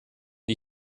die